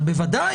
אבל בוודאי,